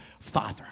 Father